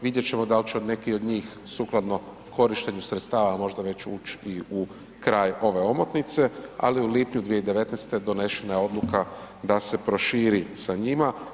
Vidjet ćemo da li će neki od njih sukladno korištenju sredstava možda već ući i u kraj ove omotnice, ali u lipnju 2019. donešena je odluka da se proširi sa njima.